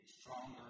stronger